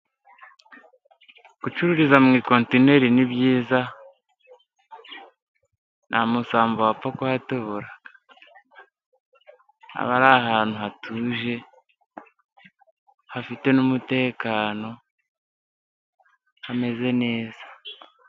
Gucururiza mu ikontineri byiza, nta musambo wapfa kuhatobora. Aba Ari ahantu hatuje, hafite n'umutekano hameze neza.